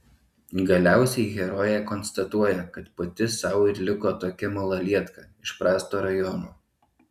galiausiai herojė konstatuoja kad pati sau ir liko tokia malalietka iš prasto rajono